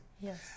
yes